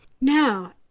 Now